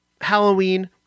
Halloween